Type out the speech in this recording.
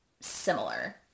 similar